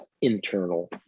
internal